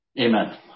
Amen